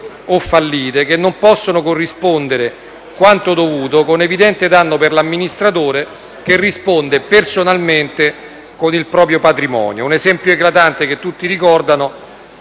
o fallite, che non possono corrispondere quanto dovuto, con evidente danno per l'amministratore che risponde personalmente con il proprio patrimonio. Un esempio eclatante che tutti ricordano